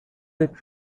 with